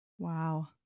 Wow